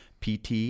PT